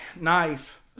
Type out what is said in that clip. knife